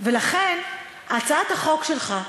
ולכן הצעת החוק שלך,